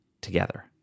together